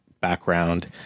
background